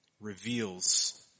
reveals